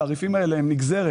הרי האטרקטיביות שלה פוחתת.